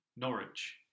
Norwich